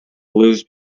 lose